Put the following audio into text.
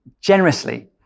generously